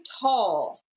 tall